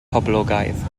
poblogaidd